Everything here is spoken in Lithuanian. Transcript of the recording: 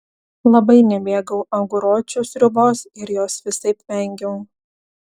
labai nemėgau aguročių sriubos ir jos visaip vengiau